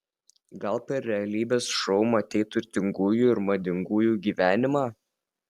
gal per realybės šou matei turtingųjų ir madingųjų gyvenimą